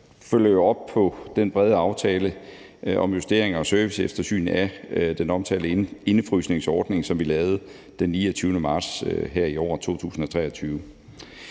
følger jo op på den brede aftale om justering og serviceeftersyn af den omtalte indefrysningsordning, som vi lavede den 29. marts her i år, 2023.